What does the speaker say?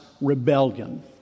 rebellion